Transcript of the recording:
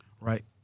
Right